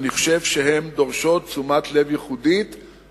ואני חושב שהן דורשות תשומת לב ייחודית,